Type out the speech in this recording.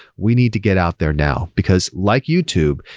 we need to get out there now. because, like youtube,